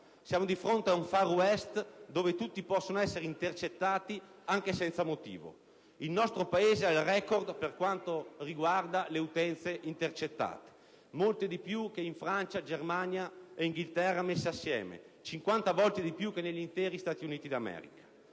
Siamo di fronte ad un *Far West* dove tutti possono essere intercettati, anche senza motivo. Il nostro Paese ha il record per quanto riguarda le utenze intercettate, che sono molte di più di quelle di Francia, Germania e Inghilterra messe assieme, e cinquanta volte di più che negli interi Stati Uniti d'America.